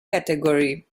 category